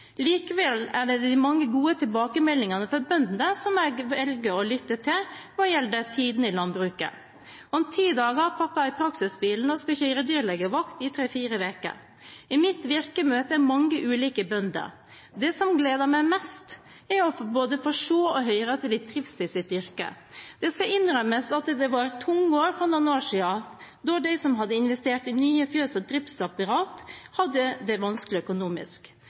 Likevel er det de mange gode tilbakemeldingene fra bøndene jeg velger å lytte til hva gjelder tidene i landbruket. Om ti dager pakker jeg praksisbilen og skal kjøre dyrlegevakt i tre–fire uker. I mitt virke møter jeg mange ulike bønder. Det som gleder meg mest, er å få se og høre at de trives i sitt yrke. Det skal innrømmes at det var tunge år for noen år siden da de som hadde investert i nye fjøs og driftsapparater, hadde det vanskelig økonomisk.